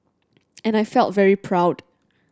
and I felt very proud